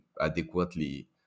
adequately